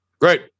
Great